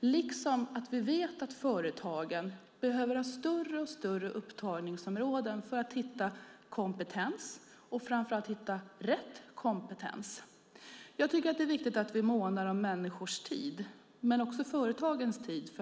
Vi vet även att företagen behöver ett större och större upptagningsområde för att hitta kompetens, och framför allt rätt kompetens. Jag tycker att det är viktigt att vi månar om människors tid, men också företagens tid.